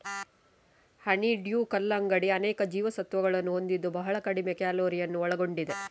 honeydew ಕಲ್ಲಂಗಡಿ ಅನೇಕ ಜೀವಸತ್ವಗಳನ್ನು ಹೊಂದಿದ್ದು ಬಹಳ ಕಡಿಮೆ ಕ್ಯಾಲೋರಿಯನ್ನು ಒಳಗೊಂಡಿದೆ